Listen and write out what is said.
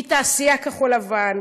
תעשייה כחול-לבן,